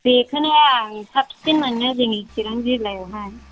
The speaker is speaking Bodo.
बेखौनो आं साबसिन मोनो जोंनि चिरां जिल्लायावहाय